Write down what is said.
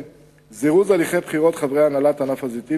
זירוז הליכי בחירות חברי הנהלת ענף הזיתים